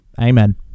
Amen